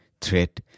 threat